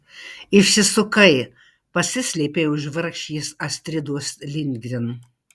išsisukai pasislėpei už vargšės astridos lindgren